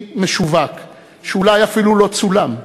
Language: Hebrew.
הבלתי-משווק, שאולי אפילו לא צולם,